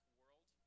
world